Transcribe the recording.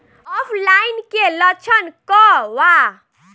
ऑफलाइनके लक्षण क वा?